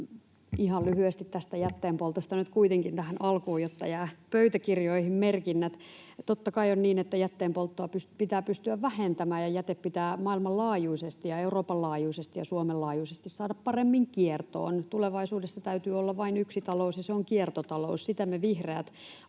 Ihan lyhyesti tästä jätteenpoltosta nyt kuitenkin tähän alkuun, jotta jää pöytäkirjoihin merkinnät. Totta kai on niin, että jätteenpolttoa pitää pystyä vähentämään ja jäte pitää maailmanlaajuisesti ja Euroopan laajuisesti ja Suomen laajuisesti saada paremmin kiertoon. Tulevaisuudessa täytyy olla vain yksi talous, ja se on kiertotalous. Sitä me vihreät ajamme